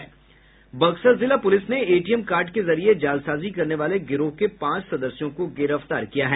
बक्सर जिला पुलिस ने ATM card के जरिए जालसाजी करने वाले गिरोह के पांच सदस्यों को गिरफ्तार किया है